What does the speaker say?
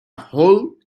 whole